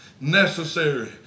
necessary